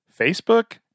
Facebook